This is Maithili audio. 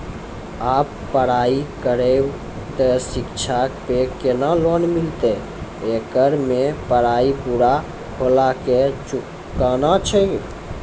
आप पराई करेव ते शिक्षा पे केना लोन मिलते येकर मे पराई पुरा होला के चुकाना छै?